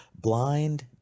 blind